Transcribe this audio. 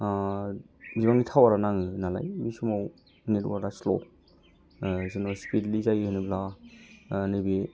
जिय'नि टावारा नाङो नालाय बे समाव नेटवार्कआ स्ल' जोंनाव स्पिडलि जायो होनोब्ला नैबे